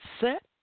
set